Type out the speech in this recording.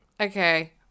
Okay